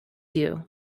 you